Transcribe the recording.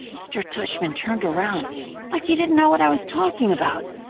mr. tushman turned around like he didn't know what i was talking about.